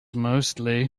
mostly